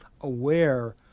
aware